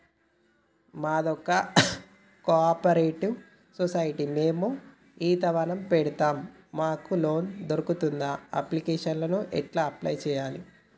మాది ఒక cooperative society మేము ఈత వనం పెడతం మాకు లోన్ దొర్కుతదా? అప్లికేషన్లను ఎట్ల అప్లయ్ చేయాలే?